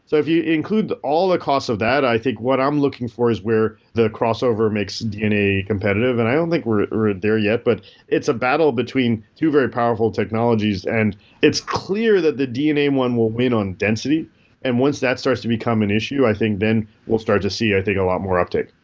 so if you include all the cost of that, i think what i'm looking for is where the crossover makes dna competitive and i don't think we're there yet, but it's a battle between two very powerful technologies. and it's clear that the dna one will win on density and once that starts to become an issue i think then we'll start to see i think a lot more uptick.